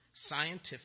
Scientific